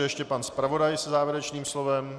Ještě pan zpravodaj se závěrečným slovem.